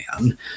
Man